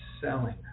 selling